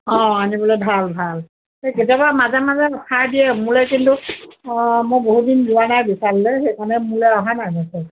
অঁ আনিবলৈ ভাল ভাল এই কেতিয়াবা মাজে মাজে খাই দিয়ে মোলৈ কিন্তু মই বহুত দিন যোৱা নাই বিচাৰিলে সেইকাৰণে মোলৈ অহা নাই মেছেজ